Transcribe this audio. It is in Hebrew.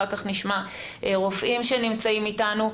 אחר כך נשמע רופאים שנמצאים איתנו.